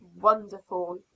wonderful